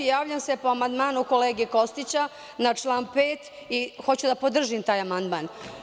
Javljam se po amandmanu kolege Kostića na član 5. Hoću da podržim taj amandman.